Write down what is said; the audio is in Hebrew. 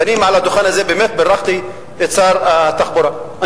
ואני באמת בירכתי את שר התחבורה מעל לדוכן הזה.